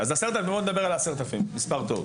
בוא נדבר על ה-10,000, מספר טוב.